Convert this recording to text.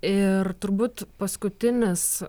ir turbūt paskutinis